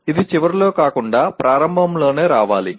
అది చివరిలో కాకుండా ప్రారంభంలోనే రావాలి